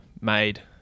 made